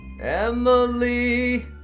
Emily